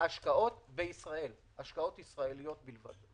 הרבה מאוד תחומים אחרים של תשתיות שיש אפשרות לקדם אותן.